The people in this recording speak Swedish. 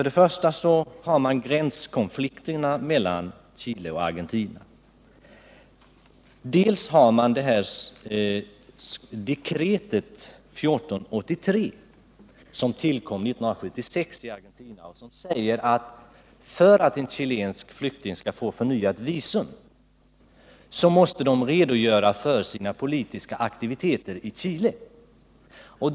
Den första är gränskonflikterna mellan Chile och Argentina, den andra är det s.k. dekret 1483, som utfärdades i Argentina år 1976. I detta föreskrivs att för att en chilensk flykting skall få förnyat visum måste vederbörande redogöra för sina politiska aktiviteter i Chile.